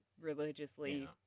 religiously